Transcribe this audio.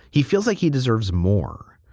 he feels like he deserves more.